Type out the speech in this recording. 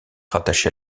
rattachée